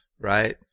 right